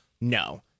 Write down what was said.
No